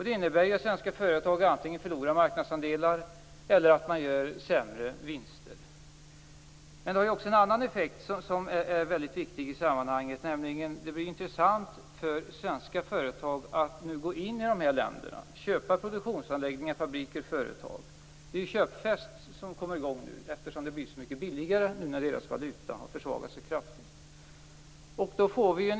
Det innebär att svenska företag antingen förlorar marknadsandelar eller gör sämre vinster. Det har också en annan effekt som är väldigt viktig i sammanhanget. Det blir intressant för svenska företag att gå in i dessa länder och köpa produktionsanläggningar, fabriker och företag. Det är en köpfest som kommer i gång, eftersom det blir så mycket billigare när deras valuta har försvagats så kraftigt.